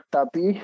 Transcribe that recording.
Tapi